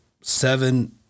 seven